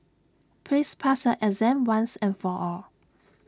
please pass your exam once and for all